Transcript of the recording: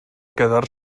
quedar